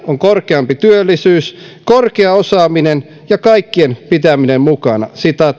on korkeampi työllisyys korkea osaaminen ja kaikkien pitäminen mukana